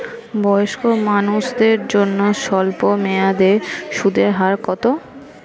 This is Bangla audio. বয়স্ক মানুষদের জন্য স্বল্প মেয়াদে সুদের হার কত?